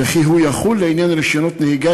וכי הוא יחול לעניין רישיונות נהיגה